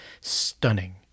stunning